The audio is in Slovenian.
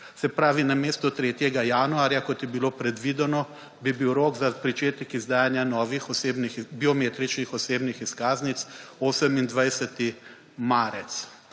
Se pravi, namesto 3. januarja kot je bilo predvideno bi bil za pričetek izdajanja novih osebnih biometričnih osebni izkaznic 28. marec.